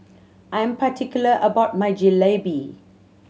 I am particular about my Jalebi